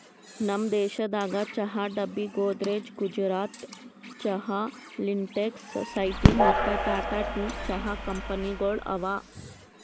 ನಮ್ ದೇಶದಾಗ್ ಚಹಾ ಡಬ್ಬಿ, ಗೋದ್ರೇಜ್, ಗುಜರಾತ್ ಚಹಾ, ಲಿಂಟೆಕ್ಸ್, ಸೊಸೈಟಿ ಮತ್ತ ಟಾಟಾ ಟೀ ಚಹಾ ಕಂಪನಿಗೊಳ್ ಅವಾ